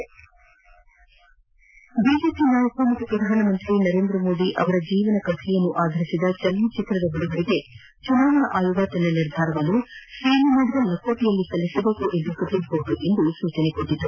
ಸ್ರಾಂಪ BJP ನಾಯಕ ಮತ್ತು ಪ್ರಧಾನಮಂತ್ರಿ ನರೇಂದ್ರಮೋದಿ ಅವರ ಜೀವನ ಕಥೆ ಅಧರಿಸಿದ ಚಲನಚಿತ್ರ ಬಿಡುಗಡೆಗೆ ಚುನಾವಣಾ ಆಯೋಗ ತನ್ನ ನಿರ್ಧಾರವನ್ನು ಒೀಲ್ ಮಾಡಿದ ಲಕೋಟೆಯಲ್ಲಿ ಸಲ್ಲಿಸಬೇಕೆಂದು ಸುಪ್ರೀಂಕೋರ್ಟ್ ಸೂಚಿಸಿದೆ